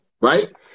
Right